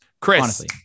Chris